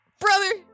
Brother